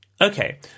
Okay